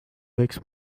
võiks